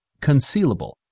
Concealable